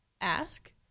ask